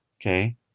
okay